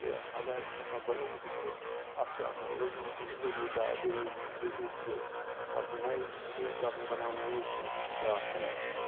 کہِ اگر یہِ چھُ آسان بَنوومُت یہِ کُل اتھ چھ آسان لوٚگمُت ؤری داہہ ؤری وُہہ ؤری ترٕہ پَتہٕ نَیہِ بیٚیہِ کَرُن بَناوُن نوٚو کُل یہِ چھ ڈاکھ کَران